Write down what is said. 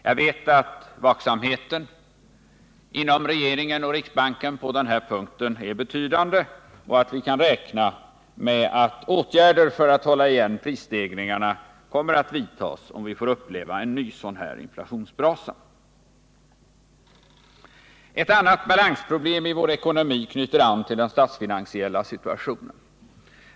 Jag vet att vaksamheten på den här punkten inom regeringen och riksbanken är betydande och att vi kan räkna med att åtgärder för att hålla igen prisstegringarna kommer att vidtas, om vi får uppleva en ny sådan här inflationsbrasa. Ett annat balansproblem i vår ekonomi knyter an till den statsfinansiella situationen.